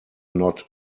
not